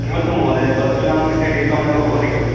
किमर्थं महोदय वस्तूनां कृते डिस्कौन्ट् एव भवति खलु